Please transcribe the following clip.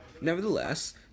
nevertheless